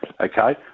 okay